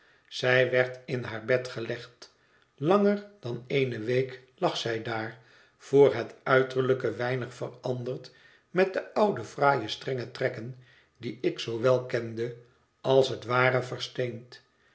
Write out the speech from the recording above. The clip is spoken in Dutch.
zij werd in haar bed gelegd langer dan eene week lag zij daar voor het uiterlijke weinig veranderd met de oude fraaie strenge trekken die ik zoo wel kende als het ware versteend